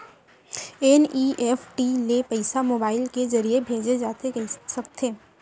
NEFT ले पइसा mobile के ज़रिए भेजे जाथे सकथे?